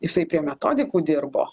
jisai prie metodikų dirbo